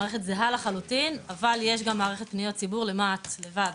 המערכת זהה לחלוטין אבל יש גם מערכת פניות ציבור למה"ט לבד.